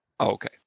Okay